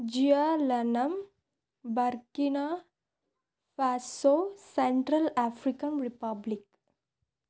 జియా లనం Burkina Faso Central African republic